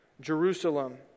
Jerusalem